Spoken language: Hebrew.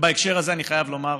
ובהקשר הזה אני חייב לומר,